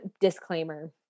disclaimer